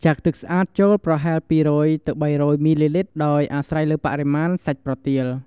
ចាក់ទឹកស្អាតចូលប្រហែល ២០០-៣០០ មីលីលីត្រ ដោយអាស្រ័យលើបរិមាណសាច់ប្រទាល។